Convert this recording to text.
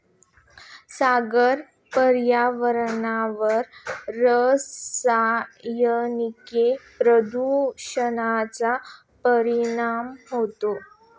सागरी पर्यावरणावर रासायनिक प्रदूषणाचा परिणाम होतो